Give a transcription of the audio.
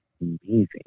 amazing